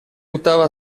buttava